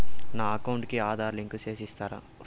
నా అకౌంట్ కు ఆధార్ లింకు సేసి ఇస్తారా?